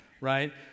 right